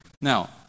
Now